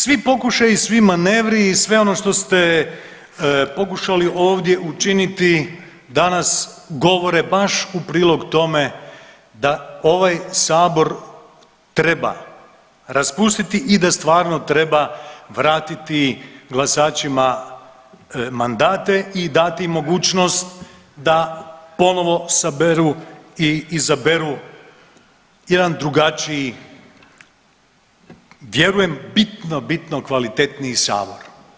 Svi pokušaji i svi manevri i sve ono što ste pokušali ovdje učiniti danas govore baš u prilog tome da ovaj Sabor treba raspustiti i da stvarno treba vratiti glasačima mandate i dati im mogućnost da ponovo saberu i izaberu jedan drugačiji, vjerujem, bitno, bitno kvalitetniji Sabor.